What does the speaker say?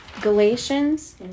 Galatians